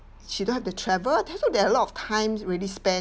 she don't have to travel there so there are a lot of times really spend